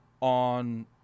on